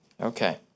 Okay